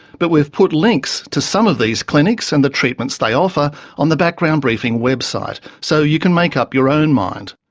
but we've put links to some of these clinics and the treatments they offer on the background briefing website, so you can make up your own mind.